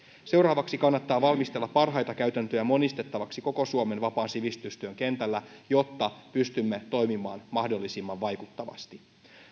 seuraavaksi kannattaa valmistella parhaita käytäntöjä monistettavaksi koko suomen vapaan sivistystyön kentällä jotta pystymme toimimaan mahdollisimman vaikuttavasti